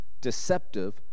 deceptive